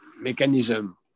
mechanism